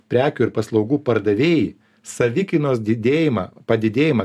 prekių ir paslaugų pardavėjai savikainos didėjimą padidėjimą